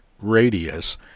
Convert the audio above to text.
radius